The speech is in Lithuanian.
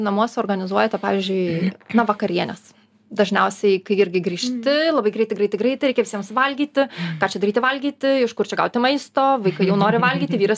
namuose organizuojate pavyzdžiui na vakarienes dažniausiai kai irgi grįžti labai greitai greitai greitai reikia visiems valgyti ką čia daryti valgyti iš kur čia gauti maisto vaikai jau nori valgyti vyras